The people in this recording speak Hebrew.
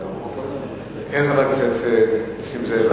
הכנסת נסים זאב.